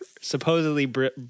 supposedly